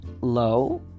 low